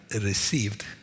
received